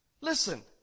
Listen